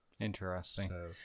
Interesting